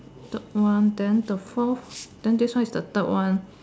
third one then the fourth then this one is the third one